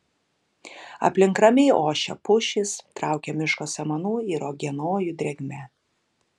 aplink ramiai ošia pušys traukia miško samanų ir uogienojų drėgme